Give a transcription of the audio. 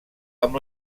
amb